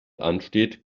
ansteht